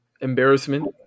Embarrassment